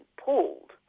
pulled